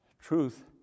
truth